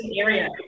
area